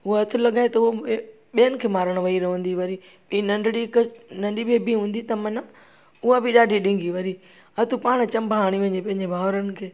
उआ हथ लॻाए त उओ ॿियनि खे मारण वेई रहंदी वरी की नंढड़ी हिकु नंढी बेबी हूंदी त माना उहा बि ॾाढी ढिंगी वरी हा तूं पाण चंबा हणी वञे पंहिंजे भाउरनि खे